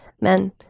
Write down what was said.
men